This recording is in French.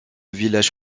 village